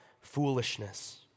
foolishness